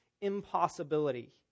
impossibility